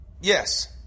Yes